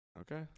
Okay